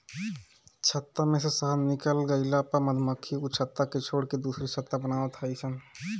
छत्ता में से शहद निकल गइला पअ मधुमक्खी उ छत्ता के छोड़ के दुसर छत्ता बनवत हई सन